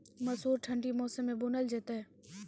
मसूर ठंडी मौसम मे बूनल जेतै?